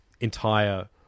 entire